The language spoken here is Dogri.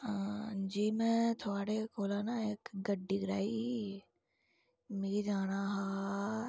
जी मे ना थुआढ़े कोला ना इक गड्डी कराई ही मी जाना हा